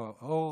אור